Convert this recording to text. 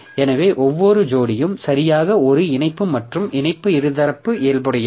எனவே ஒவ்வொரு ஜோடியும் சரியாக ஒரு இணைப்பு மற்றும் இணைப்பு இருதரப்பு இயல்புடையது